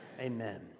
amen